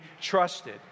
trusted